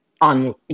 on